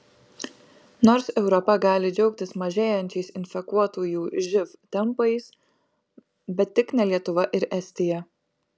nors europa gali džiaugtis mažėjančiais infekuotųjų živ tempais bet tik ne lietuva ir estija